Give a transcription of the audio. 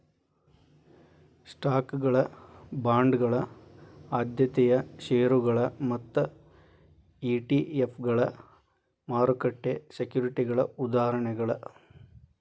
ಸ್ಟಾಕ್ಗಳ ಬಾಂಡ್ಗಳ ಆದ್ಯತೆಯ ಷೇರುಗಳ ಮತ್ತ ಇ.ಟಿ.ಎಫ್ಗಳ ಮಾರುಕಟ್ಟೆ ಸೆಕ್ಯುರಿಟಿಗಳ ಉದಾಹರಣೆಗಳ